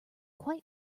quite